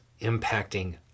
impacting